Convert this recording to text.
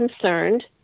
concerned